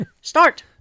Start